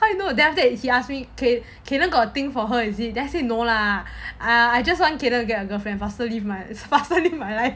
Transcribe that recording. well you know then after that he ask me to ask me kayden got a thing for her is it then I say no lah I I just want kayden to get a girlfriend faster leave my life faster leave my life